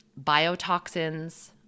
biotoxins